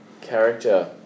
character